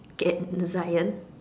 cat lion